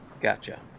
Gotcha